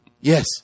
Yes